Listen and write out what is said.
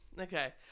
Okay